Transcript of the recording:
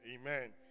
amen